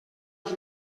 els